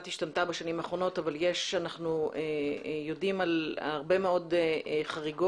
השתנתה בשנים האחרונות אבל אנחנו יודעים על הרבה מאוד חריגות